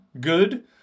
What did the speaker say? good